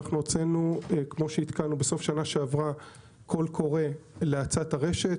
כמו שעדכנו הוצאנו בסוף שנה שעברה קול קורא להאצת הרשת,